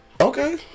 Okay